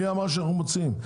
מי אמר שאנחנו מוציאים?